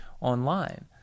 online